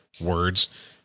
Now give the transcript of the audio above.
words